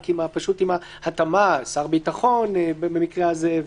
רק פשוט עם התאמה: שר ביטחון במקרה הזה,